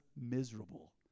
miserable